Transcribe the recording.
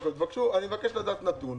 אני מבקש לדעת נתון